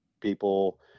people